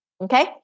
Okay